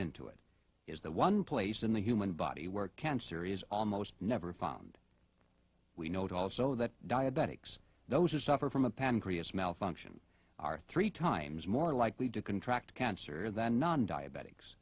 into it is the one place in the human body work cancer is almost never found we note also that diabetics those are suffer from a pancreas malfunction are three times more likely to contract cancer than non diabetics